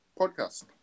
podcast